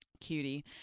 Cutie